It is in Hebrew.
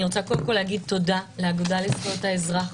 אני רוצה קודם כל להגיד תודה לאגודה לזכויות האזרח,